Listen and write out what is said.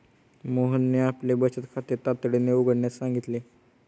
मोहनने आपले बचत खाते तातडीने उघडण्यास सांगितले